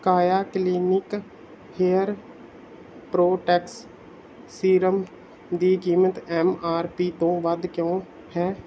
ਕਾਇਆ clinic hair protex serum ਦੀ ਕੀਮਤ ਐੱਮ ਆਰ ਪੀ ਤੋਂ ਵੱਧ ਕਿਉਂ ਹੈ